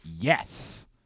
yes